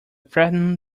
threaten